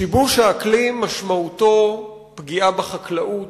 שיבוש האקלים משמעותו פגיעה בחקלאות,